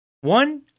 One